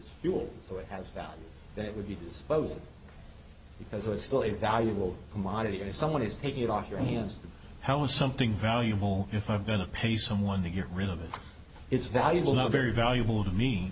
it has value that would be disposable because it's still a valuable commodity and if someone is taking it off your hands how is something valuable if i'm going to pay someone to get rid of it it's valuable not very valuable to